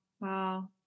wow